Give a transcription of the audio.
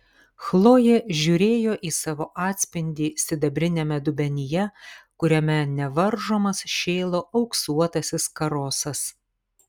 chlojė žiūrėjo į savo atspindį sidabriniame dubenyje kuriame nevaržomas šėlo auksuotasis karosas